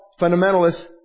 fundamentalists